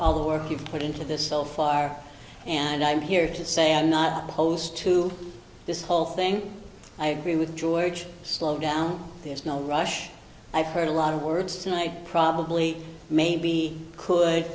all the work you've put into this so far and i'm here to say i'm not opposed to this whole thing i agree with george slow down there's no rush i've heard a lot of words tonight probably maybe we could